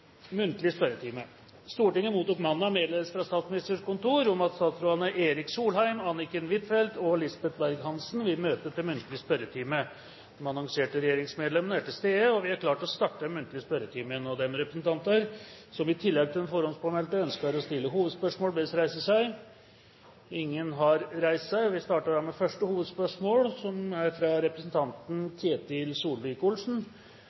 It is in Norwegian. muntlig spørretime. De annonserte regjeringsmedlemmene er til stede, og vi er klare til å starte den muntlige spørretimen. De representanter som i tillegg til de forhåndspåmeldte ønsker å stille hovedspørsmål, bes reise seg. – Ingen har reist seg. Vi starter da med første hovedspørsmål, fra representanten Ketil Solvik-Olsen. Miljøvernministeren inviterte til en kamelfrokost hjemme i sin leilighet for en drøy uke siden. Han skulle meddele informasjon om en ny utsettelse på Mongstad. Frokostgjestene er